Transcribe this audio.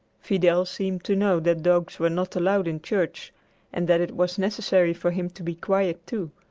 fidel seemed to know that dogs were not allowed in church and that it was necessary for him to be quiet, too,